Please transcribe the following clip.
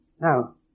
Now